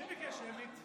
מי ביקש שמית?